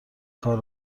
کار